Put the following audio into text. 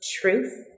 truth